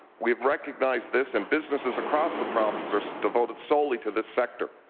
we have recognized this and businesses across the province are so devoted solely to this sector.